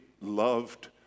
loved